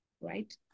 right